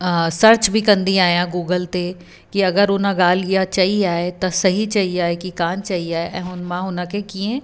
search बि कंदी आहियां गूगल ते की अगरि उन ॻाल्हि इहा चईं आहे त सही चईं आहे की कोन चईं आहे ऐं हुन मां हुन खे कीअं